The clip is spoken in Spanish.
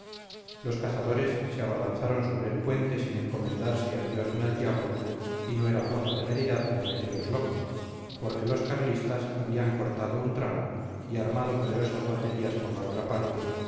los cazadores se abalanzaron sobre el puente sin encomendarse a dios ni al diablo y no era floja temeridad la de aquellos locos porque los carlistas habían cortado un tramo y armado poderosas baterías por la otra parte